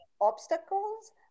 obstacles